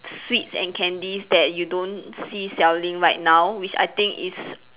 sweets and candies that you don't see selling right now which I think is